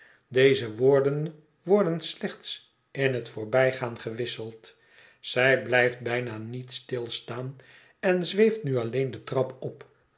deze woorden worden slechts in het voorbijgaan gewisseld zij blijft bijna niet stilstaan en zweeft nu alleen de trap op